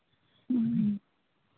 ᱦᱮᱸ